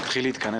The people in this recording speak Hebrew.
תתחיל להתכנס.